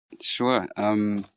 Sure